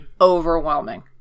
overwhelming